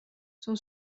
son